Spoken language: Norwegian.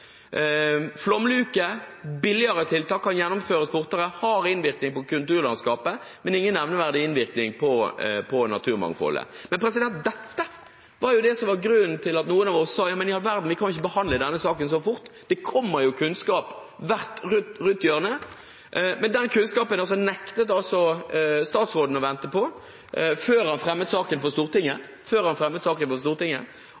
Flomluke er et billigere tiltak som kan gjennomføres fortere, som har innvirkning på kulturlandskapet, men ingen nevneverdig innvirkning på naturmangfoldet. Dette var det som var grunnen til at noen av oss sa at ja, men i all verden, vi kan ikke behandle denne saken så fort – det kommer kunnskap rett rundt hjørnet. Men den kunnskapen nektet altså statsråden å vente på før han fremmet saken for Stortinget,